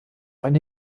eine